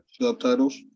subtitles